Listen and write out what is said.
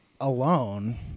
alone